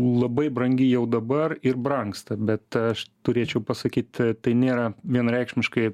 labai brangi jau dabar ir brangsta bet aš turėčiau pasakyt tai nėra vienareikšmiškai